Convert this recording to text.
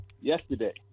yesterday